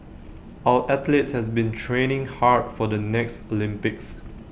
our athletes has been training hard for the next Olympics